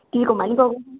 गिगौमानि गगौहाय